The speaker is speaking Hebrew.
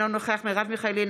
אינו נוכח מרב מיכאלי,